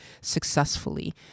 successfully